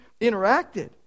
interacted